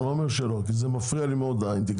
אני לא אומר שלא כי זה מפריע לי מאוד האינטגרציות,